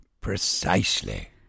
Precisely